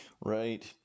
Right